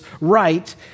right